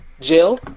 Jill